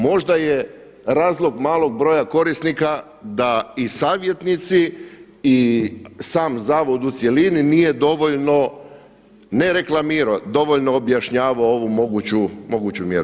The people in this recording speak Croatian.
Možda je razlog malog broja korisnika da i savjetnici i sam zavod u cjelini nije dovoljno ne reklamirao, dovoljno objašnjavao ovu moguću mjeru.